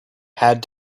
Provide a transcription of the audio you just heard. had